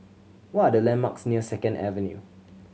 what are the landmarks near Second Avenue